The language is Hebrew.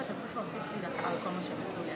אתה צריך להוסיף לי דקה על כל מה שהם עשו לי.